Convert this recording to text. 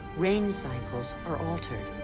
rain cycles are altered.